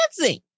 dancing